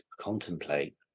contemplate